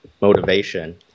motivation